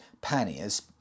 panniers